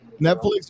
Netflix